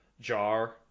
jar